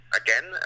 again